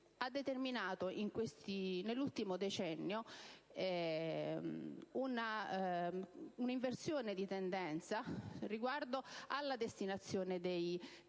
ha determinato nell'ultimo decennio un'inversione di tendenza riguardo alla loro destinazione. L'Italia,